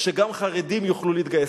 שגם חרדים יוכלו להתגייס,